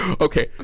Okay